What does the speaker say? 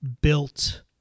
built